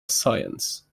science